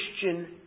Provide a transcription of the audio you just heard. Christian